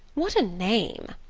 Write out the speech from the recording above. what a name!